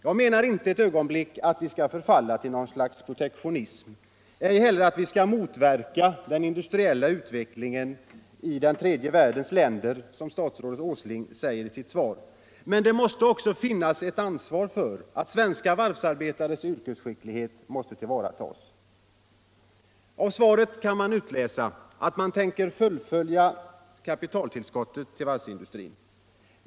Jag menar inte ett ögonblick att vi skall förfalla till något slags protektionism, ej heller att vi skall motverka den industriella utvecklingen i tredje världens länder, som statsrådet Åsling säger i sitt svar. Men det måste också finnas ett ansvar för att svenska varvsarbetares yrkesskicklighet tillvaratas. Av svaret kan man utläsa att beslutet om kapitaltillskott till varvsindustrin skall fullföjas.